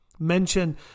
Mention